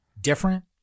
different